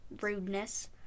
rudeness